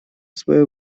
свое